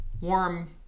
warm